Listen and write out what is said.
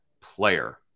player